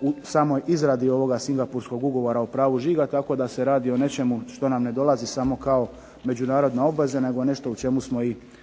u samoj izradi ovog Singapurskog ugovora o pravu žiga tako da se radi o nečemu što nam ne dolazi samo kao međunarodna obveza nego nešto u čemu smo i aktivno